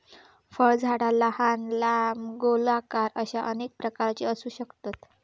फळझाडा लहान, लांब, गोलाकार अश्या अनेक प्रकारची असू शकतत